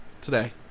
today